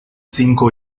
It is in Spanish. cinco